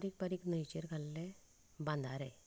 बारीक बारीक न्हंयचेर घातिल्ले बंधारे